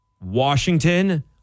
washington